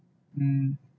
mm